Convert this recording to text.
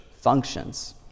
functions